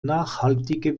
nachhaltige